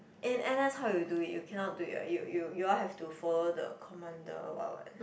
in n_s how you do it you cannot do it what you you you all have to follow the commander or what what